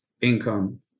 income